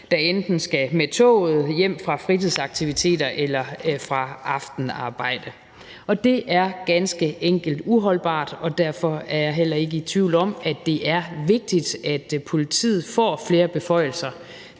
der enten skal med toget hjem fra fritidsaktiviteter eller fra aftenarbejde. Og det er ganske enkelt uholdbart, og derfor er jeg heller ikke i tvivl om, at det er vigtigt, at politiet får flere beføjelser